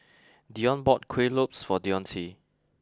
Dionne bought Kuih Lopes for Dionte